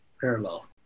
parallel